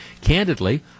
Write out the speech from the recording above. Candidly